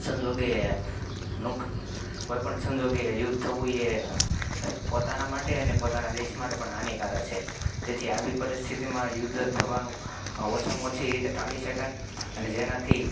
સંજોગે કોઈ પણ સંજોગે યુદ્ધ થવું એ પોતાના માટે અને પોતાના દેશ માટે પણ હાનિકારક છે તેથી આવી પરિસ્થિતિમાં યુદ્ધ થવાનું ઓછામાં ઓછી રીતે ટાળી શકાય અને જેનાથી